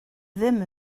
ddim